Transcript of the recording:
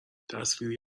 تصویری